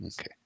Okay